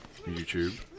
YouTube